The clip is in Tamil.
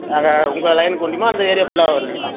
அங்கே உங்கள் லைனுக்கு ஒண்டிம்மா அந்த ஏரியா ஃபுல்லா வரலைங்களா